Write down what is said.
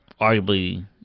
arguably